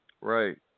Right